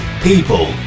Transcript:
People